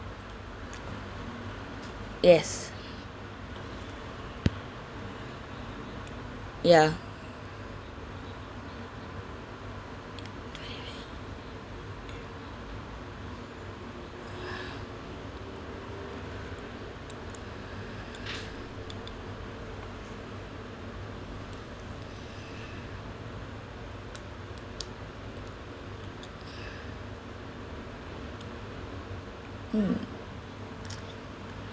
yes ya mm